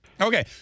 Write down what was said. Okay